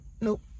nope